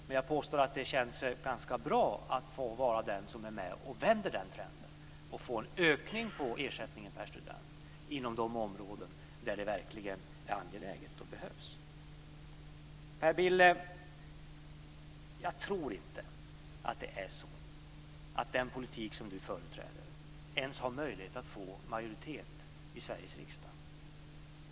Men jag påstår att det känns ganska bra att få vara med och vända den här trenden och få en ökning av ersättningen per student inom de områden där det verkligen är angeläget och behövs. Jag tror inte att den politik som Per Bill företräder ens har möjlighet att få majoritet i Sveriges riksdag.